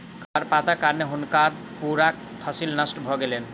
खरपातक कारणें हुनकर पूरा फसिल नष्ट भ गेलैन